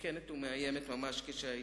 מסוכנת ומאיימת ממש כשהיתה.